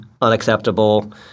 unacceptable